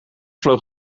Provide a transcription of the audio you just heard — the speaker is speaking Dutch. vloog